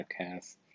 podcast